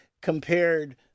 compared